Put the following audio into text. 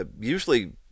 usually